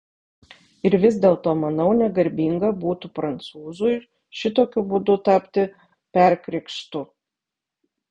ir vis dėlto manau negarbinga būtų prancūzui šitokiu būdu tapti perkrikštu